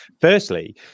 Firstly